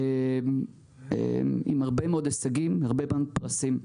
ועם הרבה מאוד הישגים והרבה פרסים.